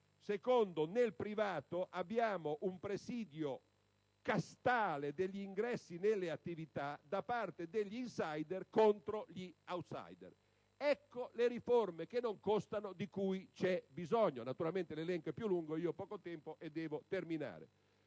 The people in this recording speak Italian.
settore privato abbiamo un presidio castale degli ingressi nelle attività da parte degli *insider* contro gli *outsider.* Ecco le riforme che non costano di cui c'è bisogno (l'elenco è naturalmente più lungo, ma avendo poco tempo, devo terminare).